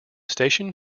station